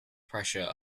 pressure